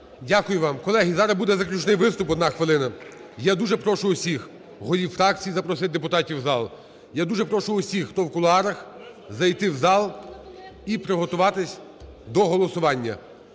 Дякую вам. Колеги, зараз буде заключний виступ, 1 хвилина. Я дуже прошу всіх голів фракцій запросити депутатів у зал. Я дуже прошу всіх, хто в кулуарах, зайти в зал і приготуватись до голосування.